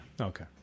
Okay